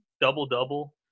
double-double